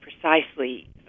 precisely